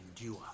endure